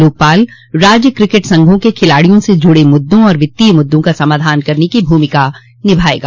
लोकपाल राज्य क्रिकेट संघों के खिलाड़ियों से जुड़े मुद्दों और वित्तीय मुद्दों का समाधान करने की भूमिका निभाएगा